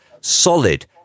solid